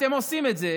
אתם עושים את זה